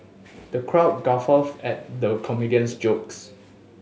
the crowd guffawed at the comedian's jokes